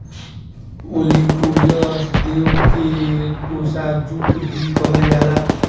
olitorius देव के tossa jute भी कहल जाला